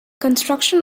construction